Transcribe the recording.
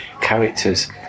characters